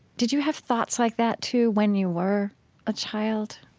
did you have thoughts like that too, when you were a child?